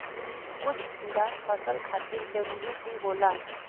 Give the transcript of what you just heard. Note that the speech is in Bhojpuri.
कुछ कीड़ा फसल खातिर जरूरी भी होला